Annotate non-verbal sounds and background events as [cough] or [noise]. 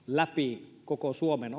[unintelligible] läpi koko suomen [unintelligible]